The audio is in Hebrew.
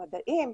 מדעים,